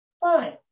Fine